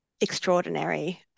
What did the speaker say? extraordinary